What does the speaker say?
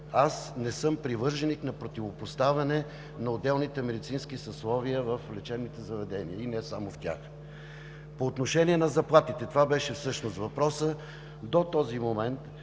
Аз не съм привърженик на противопоставяне на отделните медицински съсловия в лечебните заведения и не само в тях. По отношение на заплатите – това беше всъщност въпросът. До този момент